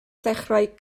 ddechrau